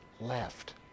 left